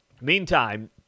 Meantime